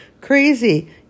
crazy